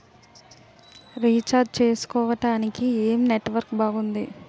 Recharge చేసుకోవటానికి ఏం network బాగుంది?